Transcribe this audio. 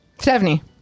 Stephanie